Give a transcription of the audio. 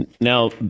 Now